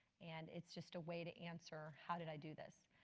and it's just a way to answer how did i do this.